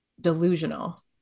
delusional